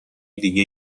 دیگه